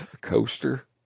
coaster